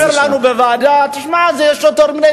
הוא אומר לנו בוועדה: זה יותר מדי